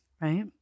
right